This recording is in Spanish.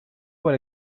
por